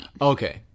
Okay